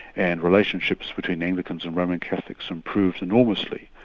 and relationships between anglicans and roman catholics improved enormously.